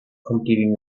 completing